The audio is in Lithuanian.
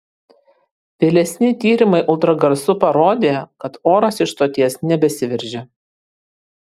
vėlesni tyrimai ultragarsu parodė kad oras iš stoties nebesiveržia